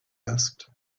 asked